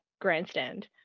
grandstand